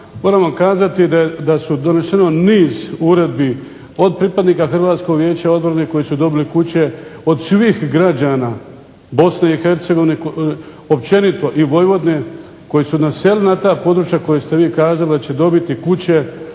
Hrvatsko vijeća obrane, koji su dobili kuće, od svih građana Bosne i Hercegovine općenito i Vojvodine, koji su naselili ta područja koje ste vi kazali da će dobiti kuće